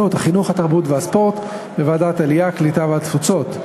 התרבות והספורט וועדת העלייה, הקליטה והתפוצות.